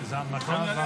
גם ברוע